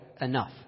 enough